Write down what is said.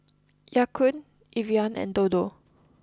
Ya Kun Evian and Dodo